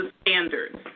standards